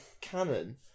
Canon